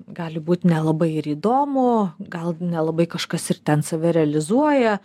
gali būt nelabai ir įdomu gal nelabai kažkas ir ten save realizuoja